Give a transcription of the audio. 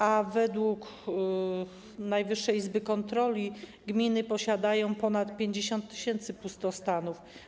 A według Najwyższej Izby Kontroli gminy posiadają ponad 50 tys. pustostanów.